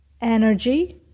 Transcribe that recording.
energy